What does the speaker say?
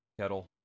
kettle